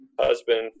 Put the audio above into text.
husband